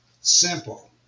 simple